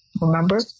Remember